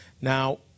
Now